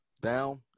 down